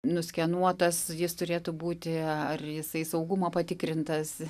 nuskenuotas jis turėtų būti ar jisai saugumo patikrintas